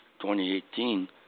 2018